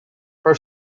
her